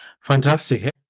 Fantastic